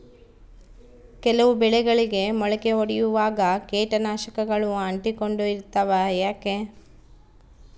ಕೆಲವು ಬೆಳೆಗಳಿಗೆ ಮೊಳಕೆ ಒಡಿಯುವಾಗ ಕೇಟನಾಶಕಗಳು ಅಂಟಿಕೊಂಡು ಇರ್ತವ ಯಾಕೆ?